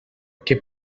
que